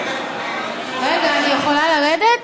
רגע, אני יכולה לרדת?